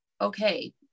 okay